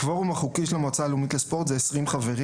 הקוורום החוקי של המועצה הלאומית לספורט זה 20 חברים.